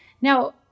Now